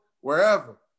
wherever